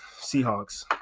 Seahawks